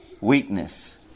weakness